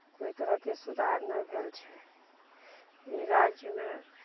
ओइ तरहके सुधार नहि भेल छै ई राज्यमे